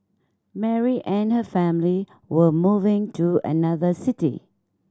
Mary and her family were moving to another city